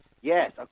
Yes